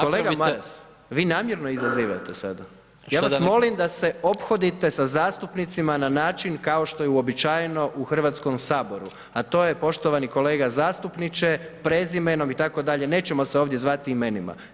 Kolega Maras, vi namjerno izazivate sada? ... [[Upadica se ne čuje.]] Ja vas molim da se ophodite sa zastupnicima na način kao što je uobičajeno u Hrvatskom saboru a to je poštovani kolega zastupniče, prezimenom itd., nećemo se ovdje zvati imenima.